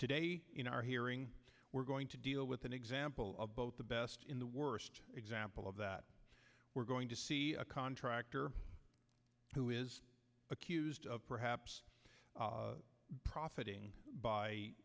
today in our hearing we're going to deal with an example of both the best in the worst example of that we're going to see a contractor who is accused of perhaps profiting